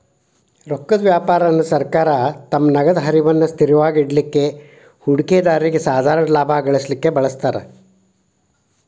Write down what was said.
ರೊಕ್ಕದ್ ವ್ಯಾಪಾರಾನ ಸರ್ಕಾರ ತಮ್ಮ ನಗದ ಹರಿವನ್ನ ಸ್ಥಿರವಾಗಿಡಲಿಕ್ಕೆ, ಹೂಡಿಕೆದಾರ್ರಿಗೆ ಸಾಧಾರಣ ಲಾಭಾ ಗಳಿಸಲಿಕ್ಕೆ ಬಳಸ್ತಾರ್